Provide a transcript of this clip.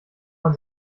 man